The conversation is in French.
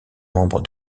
membre